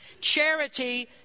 Charity